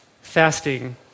Fasting